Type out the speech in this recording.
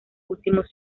últimos